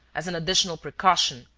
as an additional precaution,